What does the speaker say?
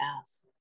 ask